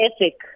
ethic